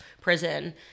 prison